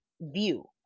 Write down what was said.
view